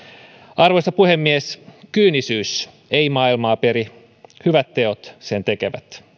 arvoisa puhemies kyynisyys ei maailmaa peri hyvät teot sen tekevät